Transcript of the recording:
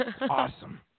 Awesome